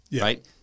right